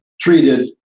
treated